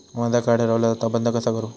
माझा कार्ड हरवला आता बंद कसा करू?